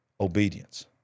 obedience